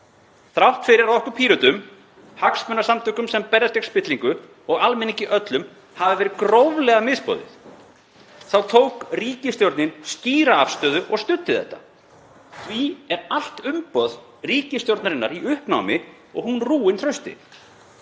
Þrátt fyrir að okkur Pírötum, hagsmunasamtökum sem berjast gegn spillingu og almenningi öllum hafi verið gróflega misboðið þá tók ríkisstjórnin skýra afstöðu og studdi þetta. Því er allt umboð ríkisstjórnarinnar í uppnámi og hún rúin trausti.